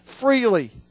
freely